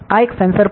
આ એક સેન્સર પણ છે